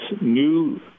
new